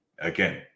again